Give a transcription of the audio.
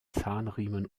zahnriemen